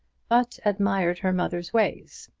but admired her mother's ways,